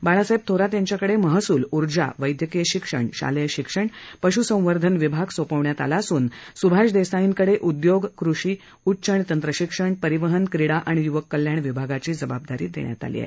बाळासाहेब थोरात यांच्याकडे महसूल ऊर्जा वैदयकीय शिक्षण शालेय शिक्षण पश्संवर्धन विभाग सोपवण्यात आला असून सुभाष देसाईकडे उद्योग कृषी उच्च आणि तंत्रशिक्षण परिवहन क्रीडा आणि य्वक कल्याण विभागाची जबाबदारी देण्यात आली आहे